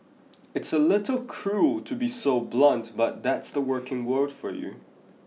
it's a little cruel to be so blunt but that's the working world for you